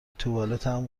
توالتم